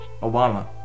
Obama